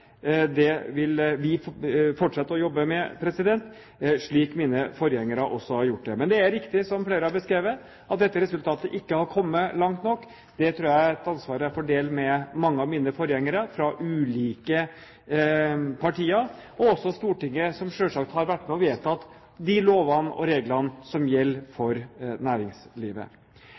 Det vil vi fortsette å jobbe med, slik mine forgjengere også har gjort det. Men det er riktig, som flere har beskrevet, at dette resultatet ikke har kommet langt nok. Det tror jeg er et ansvar jeg får dele med mange av mine forgjengere fra ulike partier og også Stortinget, som selvsagt har vært med og vedtatt de lover og regler som gjelder for næringslivet.